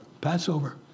passover